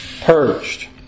purged